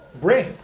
brain